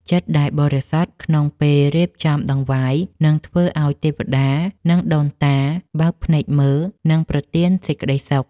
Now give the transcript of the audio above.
ចិត្តដែលបរិសុទ្ធក្នុងពេលរៀបចំដង្វាយនឹងធ្វើឱ្យទេវតា និងដូនតាបើកភ្នែកមើល និងប្រទានសេចក្តីសុខ។